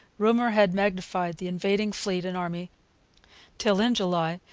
rumour had magnified the invading fleet and army till, in july,